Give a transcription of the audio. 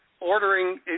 ordering